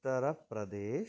Uttar Pradesh